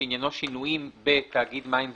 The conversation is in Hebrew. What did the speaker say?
שעיינו שינויים בתאגיד מים וביוב.